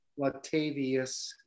Latavius